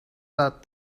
that